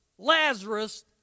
Lazarus